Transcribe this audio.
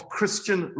Christian